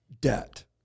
debt